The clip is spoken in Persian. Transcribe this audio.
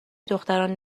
دختران